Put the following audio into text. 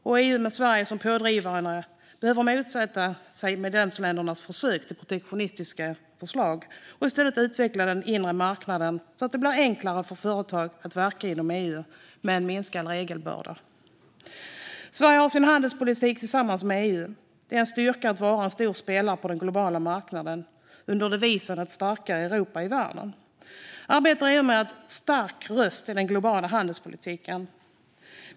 Och EU med Sverige som pådrivande behöver motsätta sig medlemsländernas försök till protektionistiska förslag och i stället utveckla den inre marknaden så att det blir enklare för företag att verka inom EU med en minskad regelbörda. Sverige har sin handelspolitik tillsammans med EU. Det är en styrka att vara en stor spelare på den globala marknaden. Under devisen "ett starkare Europa i världen" arbetar EU med att vara en stark röst i den globala handelspolitiken.